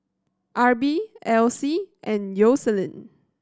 Arbie Alyse and Yoselin